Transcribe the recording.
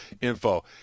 info